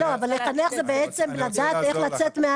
לא, אבל לחנך זה בעצם לדעת איך לצאת.